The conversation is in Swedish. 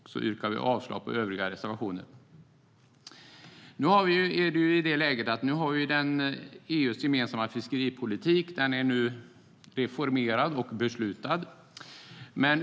Jag yrkar avslag på övriga reservationer. EU:s gemensamma fiskeripolitik är nu reformerad och beslutad.